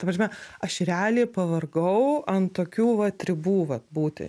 ta prasme aš realiai pavargau ant tokių vat ribų vat būti